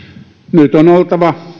nyt on oltava